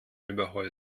überholt